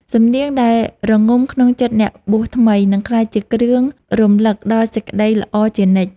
សំនៀងដែលរងំក្នុងចិត្តអ្នកបួសថ្មី នឹងក្លាយជាគ្រឿងរំលឹកដល់សេចក្ដីល្អជានិច្ច។